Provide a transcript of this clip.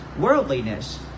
worldliness